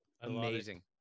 Amazing